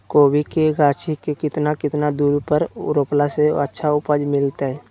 कोबी के गाछी के कितना कितना दूरी पर रोपला से अच्छा उपज मिलतैय?